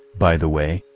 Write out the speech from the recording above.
by the way,